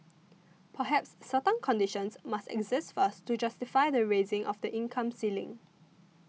perhaps certain conditions must exist first to justify the raising of the income ceiling